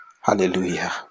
Hallelujah